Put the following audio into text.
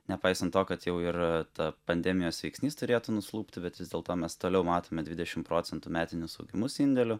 nepaisant to kad jau ir ta pandemijos veiksnys turėtų nuslūgti bet vis dėlto mes toliau matome dvidešimt procentų metinius augimus indėliu